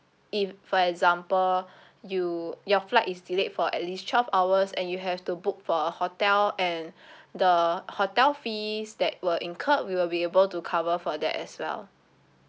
if for example you your flight is delayed for at least twelve hours and you have to book for a hotel and the hotel fees that were incurred we will be able to cover for that as well